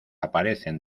aparecen